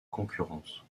concurrence